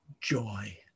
joy